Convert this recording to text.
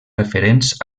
referents